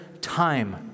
time